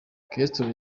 castro